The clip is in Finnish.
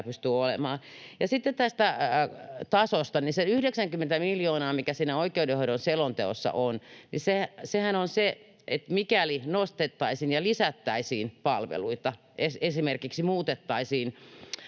Sitten tästä tasosta. Se 90 miljoonaa, mikä siinä oikeudenhoidon selonteossa on, sehän on se, mikäli nostettaisiin ja lisättäisiin palveluita, esimerkiksi muutettaisiin